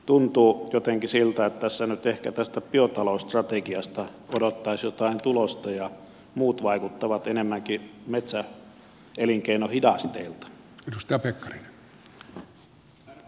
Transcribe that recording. tuntuu jotenkin siltä että tässä nyt ehkä tästä biotalousstrategiasta odottaisi jotain tulosta ja muut vaikuttavat enemmänkin metsäelinkeinon hidasteilta